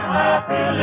happy